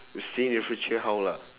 we seeing the future how lah